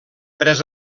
pres